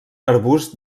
arbust